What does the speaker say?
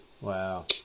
Wow